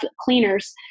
cleaners